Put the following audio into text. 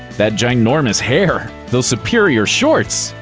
that ginormous hair! those superior shorts!